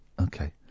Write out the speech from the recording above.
Okay